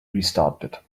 restarted